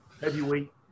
heavyweight